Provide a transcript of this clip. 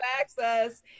access